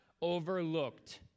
overlooked